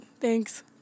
Thanks